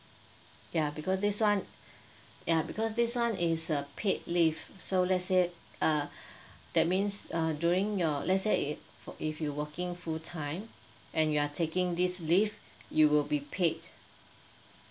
ya because this one ya because this one is a paid leave so let's say uh that means uh during your let's say if if you working full time and you are taking this leave you will be paid